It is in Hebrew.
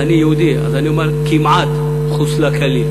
ואני יהודי, אז אני אומַר, כמעט חוסלה כליל.